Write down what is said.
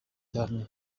cyane